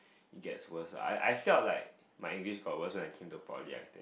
it gets worse lah I I felt like my English got worse when I came to poly I think